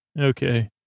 Okay